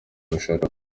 ubasha